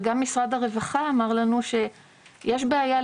וגם משרד הרווחה אמר לנו שיש בעיה,